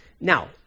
Now